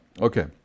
Okay